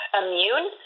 immune